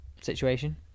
situation